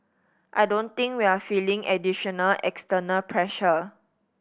I don't think we're feeling additional external pressure